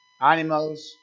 animals